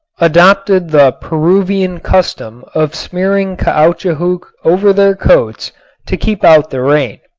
adopted the peruvian custom of smearing caoutchouc over their coats to keep out the rain.